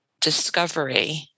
discovery